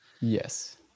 Yes